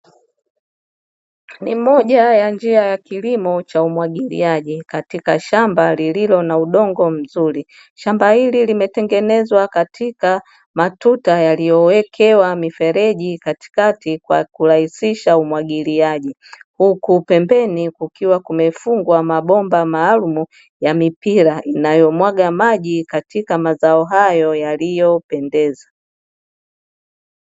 Ni moja ya njia ya kilimo cha umwagiliaji katika shamba lililo na udongo mzuri. Shamba hili kimetengenezwa katika matuta yaliyowekewa mifereji katikati kwa kirahisisha umwagiliaji. Huku pembeni kukiwa kumefungwa mabomba maalumu ya mipira inayomwaga maji katika mazao hayo yaliyopendeza.